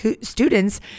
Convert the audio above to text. students